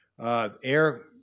air